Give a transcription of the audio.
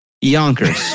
Yonkers